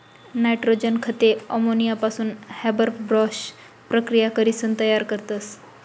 nitrogen खते अमोनियापासून Haber Bosch प्रकिया करीसन तयार करतस